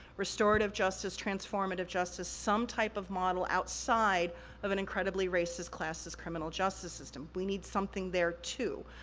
restorative justice, transformative justice, some type of model outside of an incredibly racist, classist criminal justice system. we need something there, too.